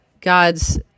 God's